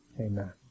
amen